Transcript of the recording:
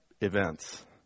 events